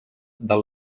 del